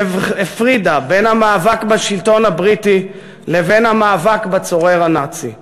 שהפרידה בין המאבק בשלטון הבריטי לבין המאבק בצורר הנאצי.